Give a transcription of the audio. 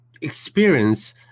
experience